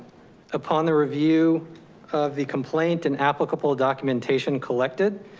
upon the review of the complaint and applicable documentation collected,